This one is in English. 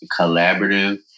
collaborative